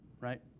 right